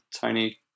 tiny